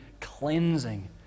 cleansing